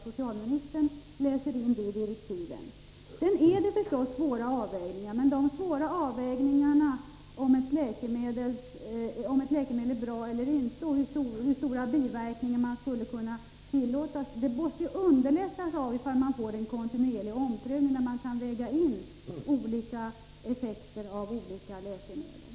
Sedan är det förstås svåra avvägningar man har att göra om ett läkemedel är bra eller inte och hur stora biverkningar man skall kunna tillåta. Dessa avvägningar måste underlättas om man får en kontinuerlig omprövning, där man kan väga in olika effekter av olika läkemedel.